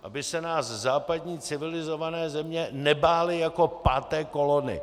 Aby se nás západní civilizované země nebály jako páté kolony.